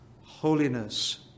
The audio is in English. holiness